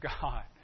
God